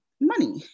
money